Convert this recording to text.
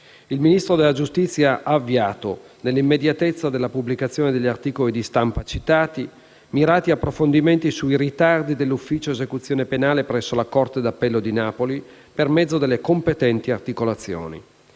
Il Ministro della giustizia ha avviato, nell'immediatezza della pubblicazione degli articoli di stampa citati, mirati approfondimenti sui ritardi dell'ufficio esecuzione penale presso la corte d'appello di Napoli, per mezzo delle competenti articolazioni.